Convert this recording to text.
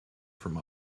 from